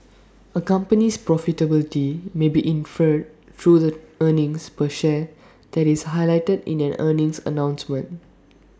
A company's profitability may be inferred through the earnings per share that is highlighted in an earnings announcement